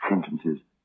sentences